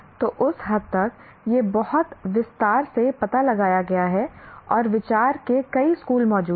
तो उस हद तक यह बहुत विस्तार से पता लगाया गया है और विचार के कई स्कूल मौजूद हैं